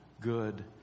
good